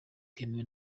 bwemewe